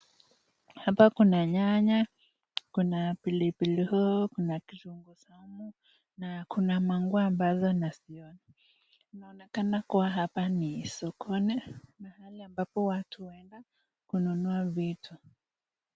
Hapa kuna nyanya, kuna pilipili hoho, kuna kitunguu saumu na kuna manguo ambazo naziona. Inaonekana kuwa hapa ni sokoni mahali ambapo watu wanaenda kununua vitu.